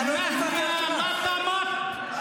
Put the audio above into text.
למה לתת לו משפט אחרון?